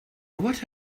what